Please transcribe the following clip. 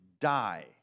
die